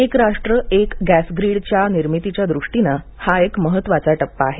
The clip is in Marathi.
एक राष्ट्र एक गॅस ग्रीड च्या निर्मितीच्या दृष्टीनं हा एक महत्वाचा टप्पा आहे